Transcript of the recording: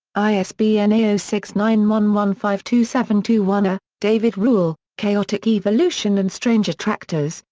isbn zero six nine one one five two seven two one. ah david ruelle, chaotic evolution and strange attractors,